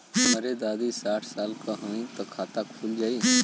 हमरे दादी साढ़ साल क हइ त उनकर खाता खुल जाई?